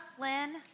Lynn